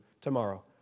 tomorrow